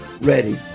ready